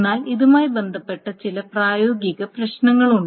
എന്നാൽ ഇതുമായി ബന്ധപ്പെട്ട് ചില പ്രായോഗിക പ്രശ്നങ്ങളുണ്ട്